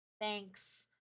thanks